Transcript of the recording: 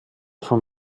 vom